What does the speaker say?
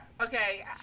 Okay